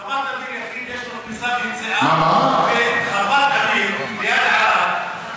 חוות, ליד עארה, חוות סוסים,